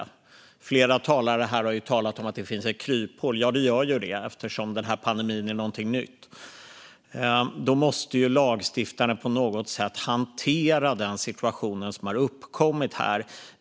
Flera talare har talat om att det finns ett kryphål. Ja, det gör det eftersom pandemin är något nytt. Lagstiftaren måste på något sätt hantera den situation som har uppkommit.